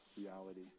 reality